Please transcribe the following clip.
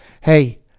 hey